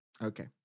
Okay